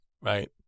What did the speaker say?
right